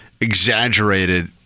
exaggerated